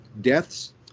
deaths